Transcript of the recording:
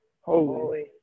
Holy